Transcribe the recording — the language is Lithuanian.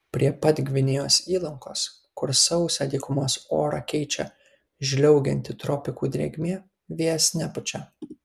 prie pat gvinėjos įlankos kur sausą dykumos orą keičia žliaugianti tropikų drėgmė vėjas nepučia